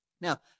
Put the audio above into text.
Now